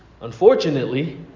Unfortunately